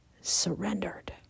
surrendered